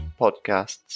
podcasts